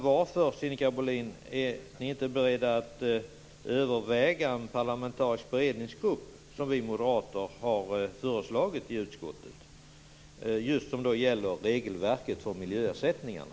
Varför, Sinikka Bohlin, är ni inte beredda att överväga en parlamentarisk beredningsgrupp, som vi moderater har föreslagit i utskottet, som kan titta närmare på just regelverket för miljöersättningarna?